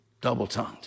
double-tongued